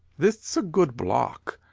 this' a good block.